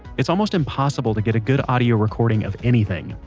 it's almost impossible to get a good audio recording of anything,